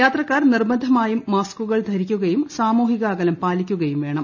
യാത്രക്കാർ നിർബന്ധമായും മാസ്കുകൾ ധരിക്കുകയും സാമൂഹിക അകലം പാലിക്കുകയും വേണം